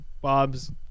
bob's